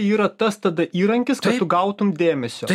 yra tas tada įrankis kad tu gautum dėmesio